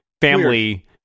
family